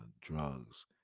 drugs